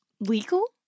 legal